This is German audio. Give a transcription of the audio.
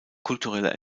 kulturelle